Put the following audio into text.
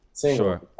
Sure